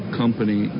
company